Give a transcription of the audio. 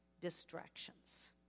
distractions